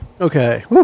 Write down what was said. Okay